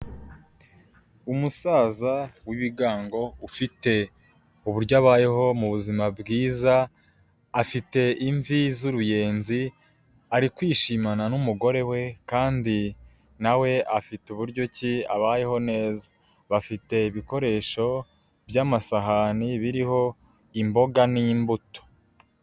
Umusaza w'ibigango ufite uburyo abayeho mu buzima bwiza, afite imvi z'uruyenzi, ari kwishimana n'umugore we kandi na we afite uburyo ki abayeho neza. Bafite ibikoresho by'amasahani, biriho imboga n'imbuto.